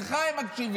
לך הם מקשיבים.